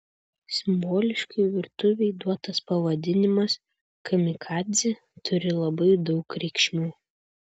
simboliškai virtuvei duotas pavadinimas kamikadzė turi labai daug reikšmių